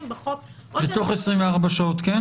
ותוך 24 שעות כן?